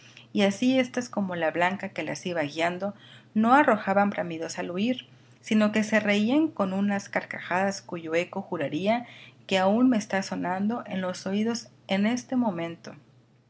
y así estas como la blanca que las iba guiando no arrojaban bramidos al huir sino que se reían con unas carcajadas cuyo eco juraría que aún me está sonando en los oídos en este momento